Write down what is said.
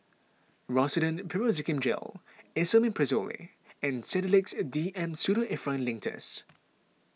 Rosiden Piroxicam Gel Esomeprazole and Sedilix D M Pseudoephrine Linctus